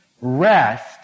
rest